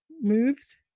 moves